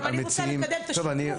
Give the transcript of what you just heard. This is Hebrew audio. גם אני רוצה לקדם דברים,